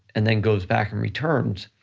and then goes back and returns,